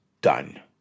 done